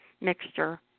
mixture